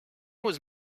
was